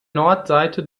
nordseite